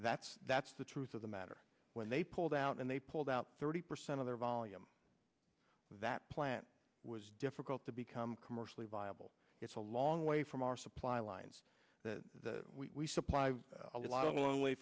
that's that's the truth of the matter when they pulled out and they pulled out thirty percent of their volume that plant was difficult to become commercially viable it's a long way from our supply lines that we supply a lot of long way